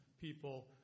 people